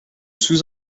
sous